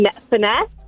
Finesse